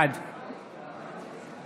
בעד